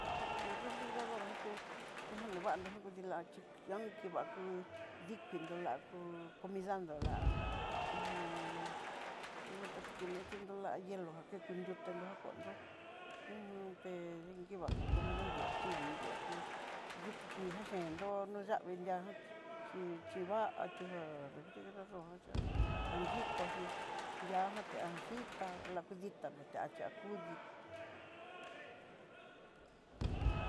Já ku refrijerador ná chí, kejan nivandó jan kudilá xhí njian, kivakú dikindó la kú comida nró la ho o on ihotalti kinetunró liá ihelo jan ké ku nrutenró jakondó, hon té dinkiva co- comidanró la xhinandó la kú yuku kuii na chen nro noyavii nria chí, chí chiva'a tu'a refrijerador jan xhiá, anyikoxhí ndiajan te'a xhitá lakuditanró te'axhia kudii.